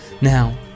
Now